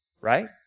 right